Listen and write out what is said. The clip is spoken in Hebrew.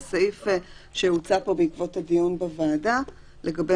זה סעיף שהוצע פה בעקבות הדיון בוועדה לגבי